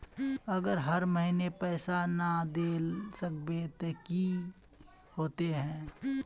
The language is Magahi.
अगर हर महीने पैसा ना देल सकबे ते की होते है?